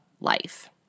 life